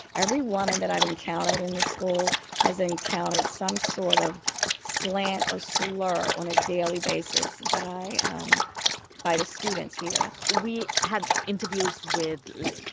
every woman that i've encountered in this school has encountered some sort of slant or slur on a daily basis by um by the students here we had interviews with, like,